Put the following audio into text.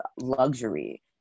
luxury